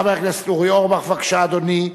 חבר הכנסת אורי אורבך, בבקשה, אדוני.